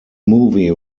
movie